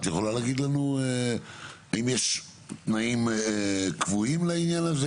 את יכולה להגיד לנו האם יש תנאים קבועים לעניין הזה?